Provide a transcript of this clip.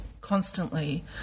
constantly